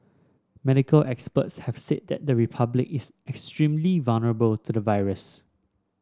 medical experts have said that the Republic is extremely vulnerable to the virus